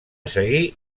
seguir